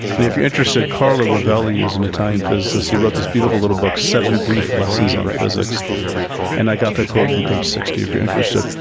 and if you're interested, carlo rovelli is an italian physicist. he wrote this beautiful little book seven brief lessons on physics and i got that quote from page sixty if you're interested.